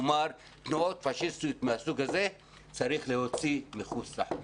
תנועות פשיסטיות מהסוג הזה צריך להוציא מחוץ לחוק.